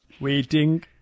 Waiting